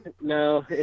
No